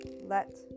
let